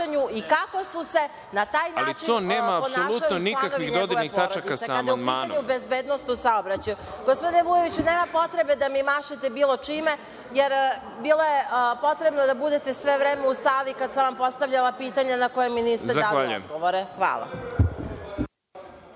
To nema apsolutno nikakvih dodirnih tačaka sa amandmanom.